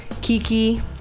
Kiki